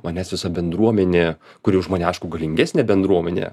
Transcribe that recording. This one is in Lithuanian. manęs visa bendruomenė kuri už mane aišku galingesnė bendruomenė